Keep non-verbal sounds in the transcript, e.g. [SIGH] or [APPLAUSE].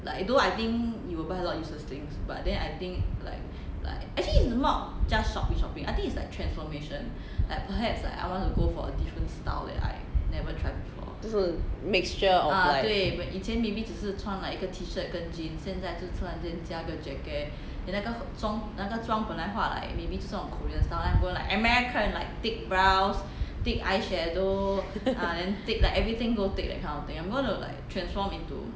就是 mixture of like [LAUGHS]